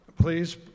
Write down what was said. Please